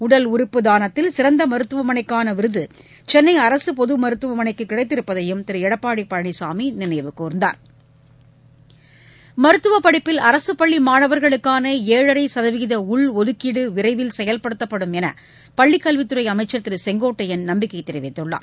உடல் உறுப்பு தானத்தில் சிறந்த மருத்துவமனைக்கான விருது சென்னை அரசு பொது மருத்துவமனைக்கு கிடைத்திருப்பதையும் மருத்துவ படிப்பில் அரசுப் பள்ளி மாணவர்களுக்கான ஏழரை சதவீத உள்ஒதுக்கீடு விரைவில் செயல்படுத்தப்படும் என பள்ளி கல்வித் துறை அமைச்சர் திரு செங்கோட்டையன் நம்பிக்கை தெரிவித்துள்ளார்